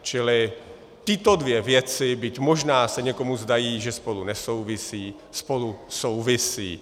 Čili tyto dvě věci, byť možná se někomu zdá, že spolu nesouvisí, spolu souvisí.